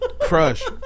Crush